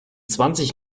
zwanzig